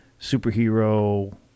superhero